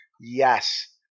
Yes